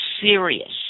serious